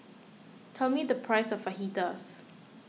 tell me the price of Fajitas